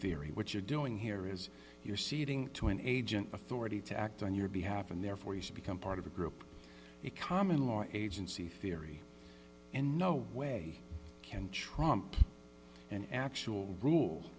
theory what you're doing here is you're ceding to an agent authority to act on your behalf and therefore you should become part of a group a common law agency theory and no way can trump an actual rule